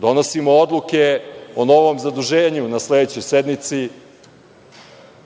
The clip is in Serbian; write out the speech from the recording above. Donosimo odluke o novom zaduženju na sledećoj sednici